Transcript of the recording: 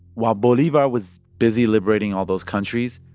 while bolivar was busy liberating all those countries,